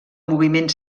moviment